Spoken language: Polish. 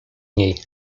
niej